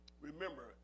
Remember